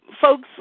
folks